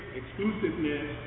exclusiveness